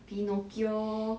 pinocchio